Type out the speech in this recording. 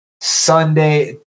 Sunday